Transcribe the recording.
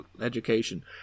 education